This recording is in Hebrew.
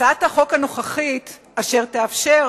הצעת החוק הנוכחית, אשר תאפשר